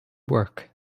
work